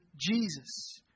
Jesus